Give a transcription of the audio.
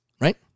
Right